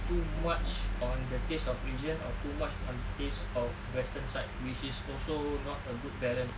too much on the taste of asian or too much on taste of western side which is also not a good balance